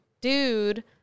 dude